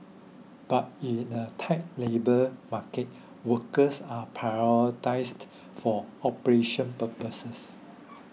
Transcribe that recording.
but in a tight labour market workers are prioritised for operation purposes